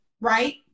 right